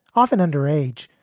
often under age,